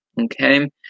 Okay